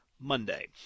Monday